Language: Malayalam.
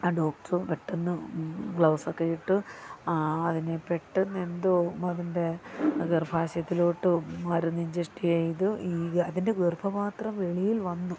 ആ ഡോക്ട്രും പെട്ടെന്ന് ഗ്ലൗസൊക്കെ ഇട്ട് അതിനെ പെട്ടെന്ന് എന്തോ അതിൻ്റെ ഗർഭാശയത്തിലോട്ടു മരുന്ന് ഇഞ്ചെസ്റ്റ് ചെയ്തു ഈ അതിൻ്റെ ഗർഭപാത്രം വെളിയിൽ വന്നു